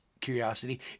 curiosity